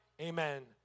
Amen